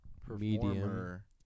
performer